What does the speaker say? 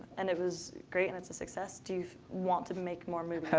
and it was great and it's a success, do you want to make more movies?